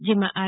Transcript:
જેમાં આર